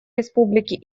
республики